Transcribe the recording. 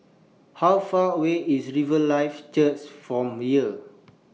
How Far away IS Riverlife Church from here